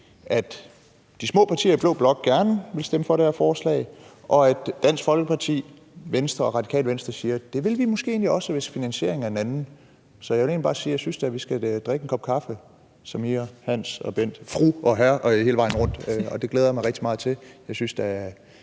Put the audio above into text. at de små partier i blå blok gerne vil stemme for det her forslag, og at Dansk Folkeparti, Venstre og Radikale Venstre siger: Det vil vi måske egentlig også, hvis finansieringen er en anden. Så jeg vil egentlig bare sige, at jeg da synes, at vi skal drikke en kop kaffe, Samira, Hans og Bent – fru og hr. hele vejen rundt – og det glæder jeg mig rigtig meget til.